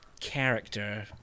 character